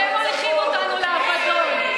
אתם מוליכים אותנו לאבדון.